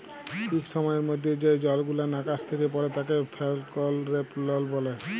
ইক সময়ের মধ্যে যে জলগুলান আকাশ থ্যাকে পড়ে তাকে রেলফল ব্যলে